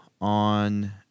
on